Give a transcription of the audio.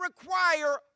require